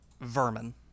Vermin